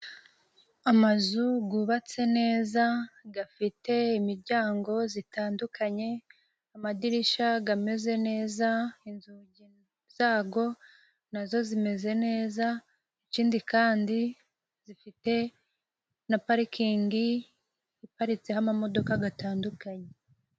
Amazu gubatse neza gafite imiryango zitandukanye amadirishya gameze neza, inzugi zago nazo zimeze neza ikindi kandi zifite na parikingi iparitseho amamodoka gatandukanye.